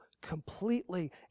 completely